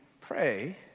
pray